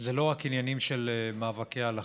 זה לא רק עניינים של מאבקי הלכה,